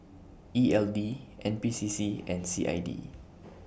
E L D N P C C and C I D